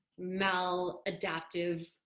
maladaptive